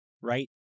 Right